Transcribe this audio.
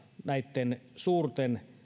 näitten suurten